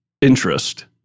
interest